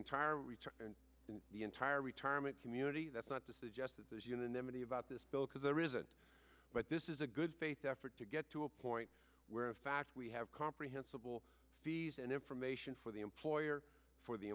entire the entire retirement community that's not to suggest that there's unanimity about this bill because there isn't but this is a good faith effort to get to a point where in fact we have comprehensible and information for the employer for the